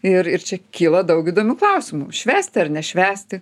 ir ir čia kyla daug įdomių klausimų švęsti ar nešvęsti